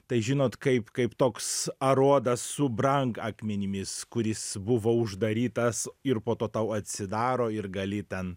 tai žinot kaip kaip toks aruodas su brangakmenimis kuris buvo uždarytas ir po to tau atsidaro ir gali ten